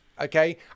Okay